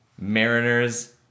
Mariners